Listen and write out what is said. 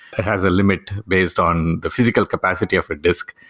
it has a limit based on the physical capacity of a disk.